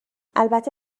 البته